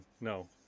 no